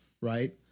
right